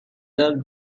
dirt